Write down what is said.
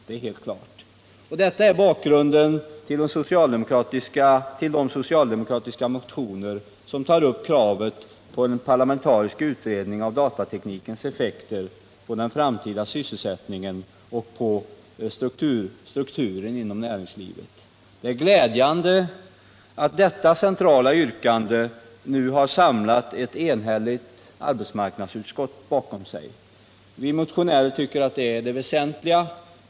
Detta är bakgrunden till de socialdemokratiska motioner som tar upp kravet på en parlamentarisk utredning av datateknikens effekter på den framtida sysselsättningen och på strukturen inom näringslivet. Det är glädjande att detta centrala yrkande nu har samlat ett enhälligt arbetsmarknadsutskott bakom sig. Vi motionärer tycker att det är det väsentliga.